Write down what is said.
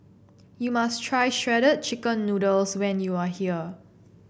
you must try Shredded Chicken Noodles when you are here